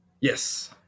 Yes